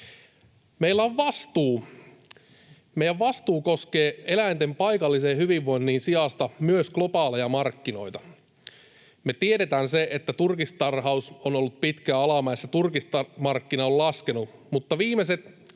Meillä on vastuu. Meidän vastuu koskee eläinten paikallisen hyvinvoinnin sijasta myös globaaleja markkinoita. Me tiedetään, että turkistarhaus on ollut pitkään alamäessä ja turkismarkkina on laskenut, mutta viimeiset